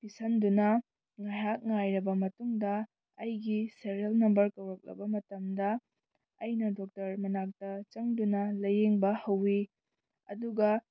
ꯄꯤꯁꯤꯟꯗꯨꯅ ꯉꯥꯏꯍꯥꯛ ꯉꯥꯏꯔꯕ ꯃꯇꯨꯡꯗ ꯑꯩꯒꯤ ꯁꯦꯔꯦꯜ ꯅꯝꯕ꯭ꯔ ꯀꯧꯔꯛꯂꯕ ꯃꯇꯝꯗ ꯑꯩꯅ ꯗꯣꯛꯇ꯭ꯔ ꯃꯅꯥꯛꯇ ꯆꯪꯗꯨꯅ ꯂꯥꯏꯌꯦꯡꯕ ꯍꯧꯏ ꯑꯗꯨꯒ